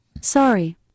Sorry